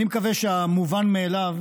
אני מקווה שהמובן מאליו